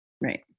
right